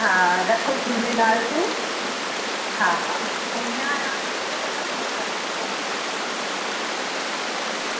हा रखो झूलेलाल ते हा हा पोइ न आराम त अचे त वरी मूंखे फ़ोन कजो हा